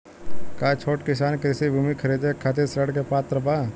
का छोट किसान कृषि भूमि खरीदे के खातिर ऋण के पात्र बा?